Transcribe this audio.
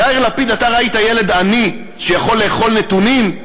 יאיר לפיד, אתה ראית ילד עני שיכול לאכול נתונים?